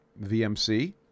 VMC